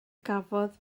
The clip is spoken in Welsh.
gafodd